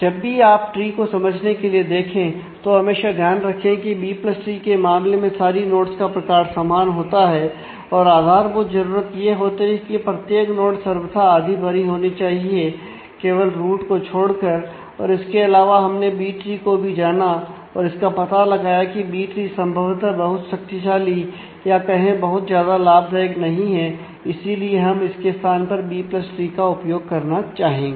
जब भी आप ट्री को समझने के लिए देखें तो हमेशा ध्यान रखें कि बी प्लस ट्री के मामले में सारी नोड्स का प्रकार समान होता है और आधारभूत जरूरत यह होती है कि प्रत्येक नोड सर्वथा आधी भरी होनी चाहिए केवल रूट को छोड़कर और इसके अलावा हमने बी ट्री को भी जाना और इसका पता लगाया कि बी ट्री संभवतः बहुत शक्तिशाली या यूं कहें बहुत ज्यादा लाभदायक नहीं है इसीलिए हम इसके स्थान पर बी प्लस ट्री का उपयोग करना चाहेंगे